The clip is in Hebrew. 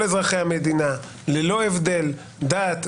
כל אזרחי המדינה ללא הבדל דת,